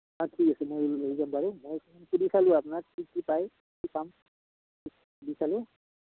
সুধি চালোঁ আপোনাক কি কি পায় চাম সুধি চালোঁ